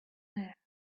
there